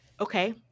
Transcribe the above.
Okay